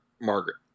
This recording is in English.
Margaret